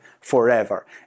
forever